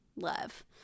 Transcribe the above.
love